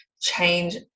change